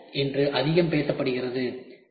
இது இன்று அதிகம் பேசப்படுகிறது